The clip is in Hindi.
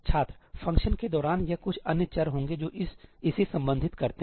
छात्रफ़ंक्शन के दौरान यह कुछ अन्य चर होंगे जो इसे संबोधित करते हैं